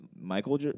Michael